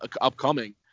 upcoming